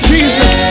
Jesus